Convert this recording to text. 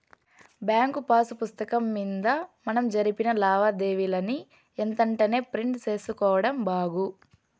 bank pass పుస్తకం మింద మనం జరిపిన లావాదేవీలని ఎంతెంటనే ప్రింట్ సేసుకోడం బాగు